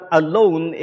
alone